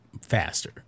faster